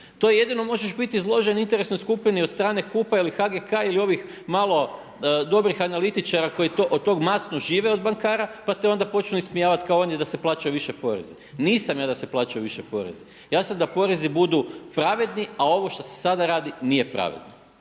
To jedino možeš biti izložen interesnoj skupini od strane HUP-a ili HGK ili ovih malo dobrih analitičara koji od toga masno žive od bankara pa te onda počnu ismijavati kao on je da se plaćaju više porezi. Nisam ja da se plaćaju više porezi. Ja sam da porezi budu pravedni a ovo što se sada radi nije pravedno.